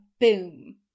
boom